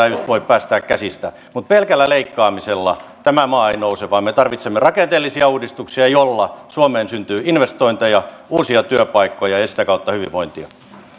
ei voi päästää käsistä mutta pelkällä leikkaamisella tämä maa ei nouse vaan me tarvitsemme rakenteellisia uudistuksia joilla suomeen syntyy investointeja uusia työpaikkoja ja sitä kautta hyvinvointia pyydän